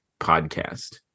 podcast